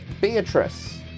Beatrice